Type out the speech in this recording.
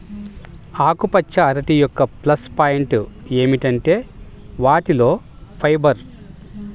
ఆకుపచ్చ అరటి యొక్క ప్లస్ పాయింట్ ఏమిటంటే వాటిలో ఫైబర్